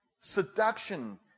seduction